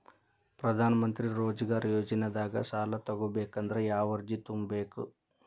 ಪ್ರಧಾನಮಂತ್ರಿ ರೋಜಗಾರ್ ಯೋಜನೆದಾಗ ಸಾಲ ತೊಗೋಬೇಕಂದ್ರ ಯಾವ ಅರ್ಜಿ ತುಂಬೇಕು?